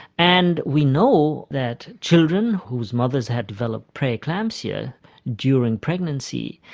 and we know that children whose mothers had developed pre-eclampsia during pregnancy,